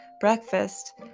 breakfast